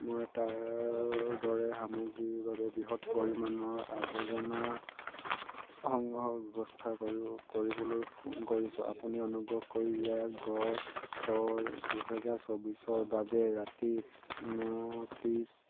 মই টায়াৰৰ দৰে সামগ্ৰীৰ বাবে বৃহৎ পৰিমাণৰ আৱৰ্জনা সংগ্ৰহৰ ব্যৱস্থা কৰি কৰিবলৈ ফোন কৰিছোঁ আপুনি অনুগ্ৰহ কৰি ইয়াক দছ ছয় দুহেজাৰ চৌবিছৰ বাবে ৰাতি ন ত্ৰিছ